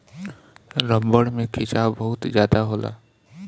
रबड़ में खिंचाव बहुत ज्यादा होला